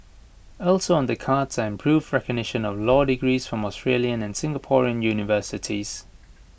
also on the cards are improved recognition of law degrees from Australian and Singaporean universities